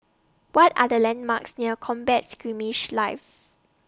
What Are The landmarks near Combat Skirmish Live